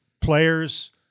players